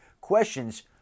questions